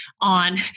on